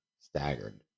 staggered